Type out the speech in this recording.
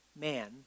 man